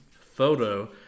photo